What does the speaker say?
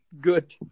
good